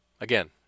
again